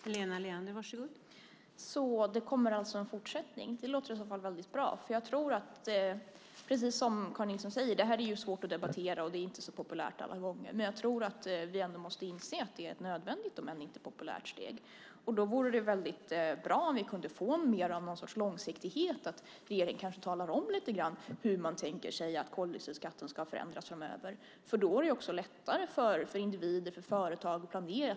Fru talman! Det kommer alltså en fortsättning. Det låter i så fall väldigt bra. Som Karin Nilsson säger är det här svårt att debattera och inte så populärt alla gånger. Men jag tror att vi ändå måste inse att det är ett nödvändigt om än inte populärt steg. Det vore då väldigt bra om vi kunde få mer långsiktighet, att regeringen kanske talar om hur man tänker sig att koldioxidskatten ska förändras framöver. Då är det också lättare för individer, företag och familjer att planera.